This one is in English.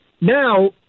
now